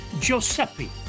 Giuseppe